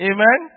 Amen